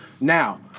Now